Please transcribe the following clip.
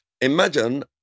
imagine